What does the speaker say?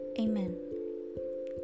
Amen